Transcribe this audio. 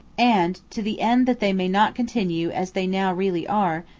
and, to the end that they may not continue as they now really are,